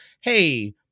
hey